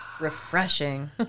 refreshing